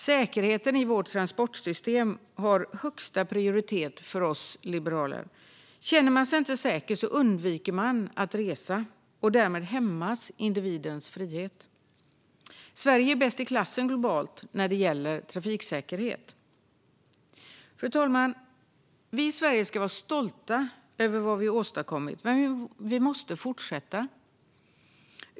Säkerheten i vårt transportsystem har högsta prioritet för oss liberaler. Känner man sig inte säker undviker man att resa, och därmed hämmas individens frihet. Sverige är bäst i klassen globalt när det gäller trafiksäkerhet. Fru talman! Vi i Sverige ska vara stolta över vad vi har åstadkommit, men vi måste fortsätta.